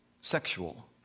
sexual